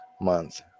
month